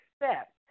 accept